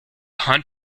hunt